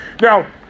now